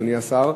אדוני השר,